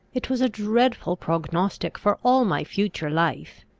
it was a dreadful prognostic for all my future life.